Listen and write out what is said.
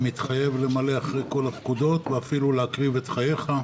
מתחייב למלא אחרי כל הפקודות ואפילו להקריב את חייך,